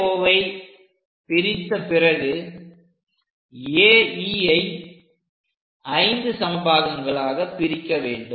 AOவை பிரித்த பிறகு AEஐ 5 சம பாகங்களாகப் பிரிக்க வேண்டும்